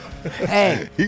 Hey